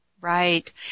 Right